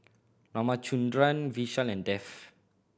Ramchundra Vishal and Dev